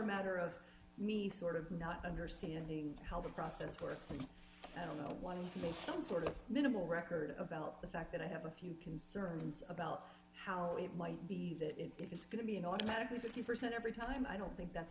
matter of me sort of not understanding how the process works and i don't know why i made some sort of minimal record about the fact that i have a few concerns about how it might be that if it's going to be in automatically fifty percent every time i don't think that's